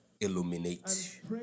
illuminate